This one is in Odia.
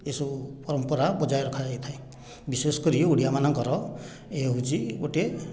ଏସବୁ ପରମ୍ପରା ବଜାୟ ରଖାଯାଇଥାଏ ବିଶେଷ କରି ଓଡ଼ିଆମାନଙ୍କର ଏ ହେଉଛି ଗୋଟିଏ